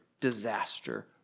disaster